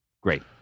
Great